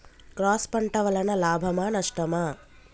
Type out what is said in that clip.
Cross పంట వలన లాభమా నష్టమా?